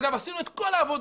אגב, עשינו את כל העבודות.